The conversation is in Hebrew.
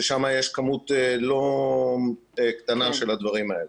ששם יש כמות לא קטנה של הדברים האלה.